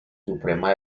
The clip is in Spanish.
suprema